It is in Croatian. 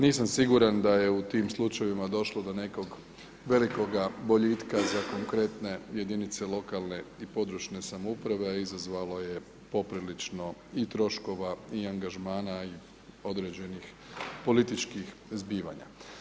Nisam siguran da je u tim slučajevima došlo do nekog velikoga boljitka za konkretne jedinice lokalne i područne samouprave a izazvalo je poprilično i troškova i angažmana i određenih političkih zbivanja.